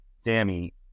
Sammy